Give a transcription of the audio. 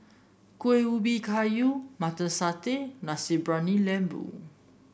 Kueh Ubi Kayu Mutton Satay Nasi Briyani Lembu